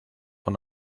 von